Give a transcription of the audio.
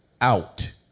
out